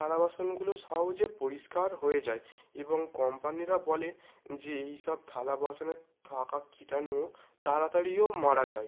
থালাবাসনগুলো সহজে পরিষ্কার হয়ে যায় এবং কোম্পানিরা বলে যে এই সব থালাবাসনে থাকা কীটাণুও তাড়াতাড়ি মারা যায়